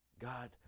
God